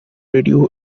radio